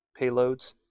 payloads